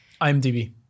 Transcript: IMDb